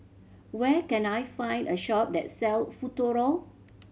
where can I find a shop that sell Futuro